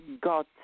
got